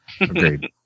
Agreed